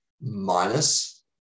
minus